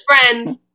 friends